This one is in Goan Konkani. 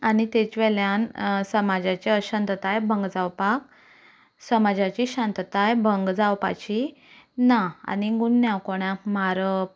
आनी ताजे वेल्यान समाजाचे अशांतताय भंग जावपाक समाजाची शांतताय भंग जावपाची ना आनी गुन्यांव कोणाक मारप